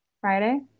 Friday